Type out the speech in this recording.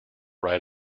right